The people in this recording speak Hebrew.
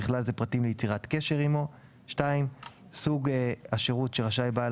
ובכלל זה פרטים ליצירת קשר עימו; סוג השירות שרשאי בעל